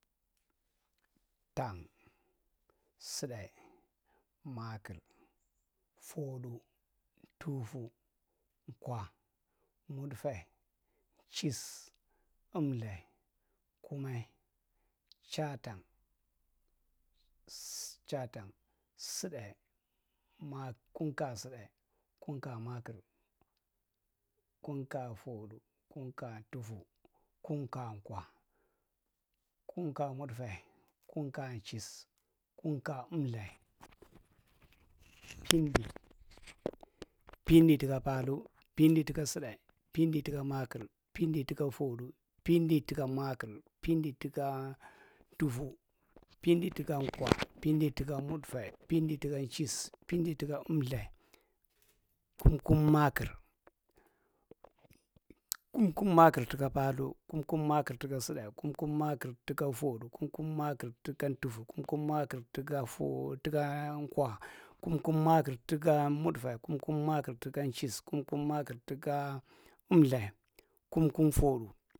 Tang. ssutdae, maakir, footdu, tuufu, kwa, mudfae, nchis, emlthae, kumae, chaatang, chaatang, ssutdae, kum’kaa suddae kum ka maakir, kum ka footdu, kum ka utuf, kumka kwa, kum kaa mudtfae, kum kaa’nchis, kum kaa emlthae, pindi tuka paalthu, pindi tuka sutdae, pindi tuka maakir, pindi tuka’ntufu pindi tuka kwa, pindi tuka mudfae, pindi tukkan’nchis, pindi tuka emlthae, kum kum maakir kum kum maakir tuka paalthu, kum kum maakir tuka’s sutdae, kum kum maakir tuka’ ntufu, kum kum maakir tuka foo tuka kwa, kumkum maakir tukan’nchis, kum kum maakir tuka emlthae, kum kum footdu.